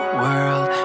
world